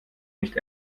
nicht